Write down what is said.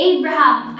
Abraham